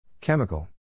Chemical